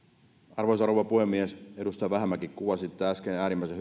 arvoisa rouva puhemies edustaja vähämäki kuvasitte äsken äärimmäisen